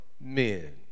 men